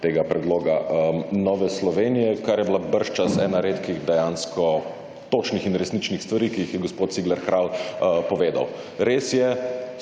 tega predloga Nove Slovenije, kar je bila bržčas ena redkih dejansko točnih in resničnih stvari, ki jih je gospod Cigler Kralj povedal. Res je,